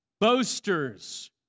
boasters